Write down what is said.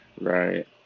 Right